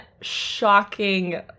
shocking